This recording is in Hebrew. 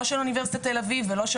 לא של אוניברסיטת תל אביב ולא של